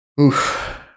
Oof